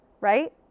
Right